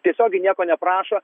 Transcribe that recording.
tiesiogiai nieko neprašo